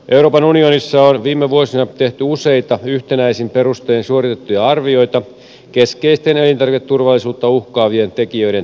euroopan unionissa on viime vuosina tehty useita yhtenäisin perustein suoritettuja arvioita keskeisten elintarviketurvallisuutta uhkaavien tekijöiden tilanteesta